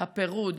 הפירוד,